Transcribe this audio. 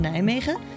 Nijmegen